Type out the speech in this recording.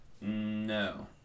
No